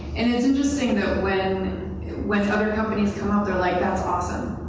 and it's interesting that when when other companies come out, they're like, that's awesome.